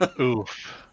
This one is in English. Oof